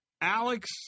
Alex